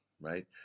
right